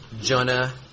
Jonah